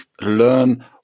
learn